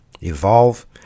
evolve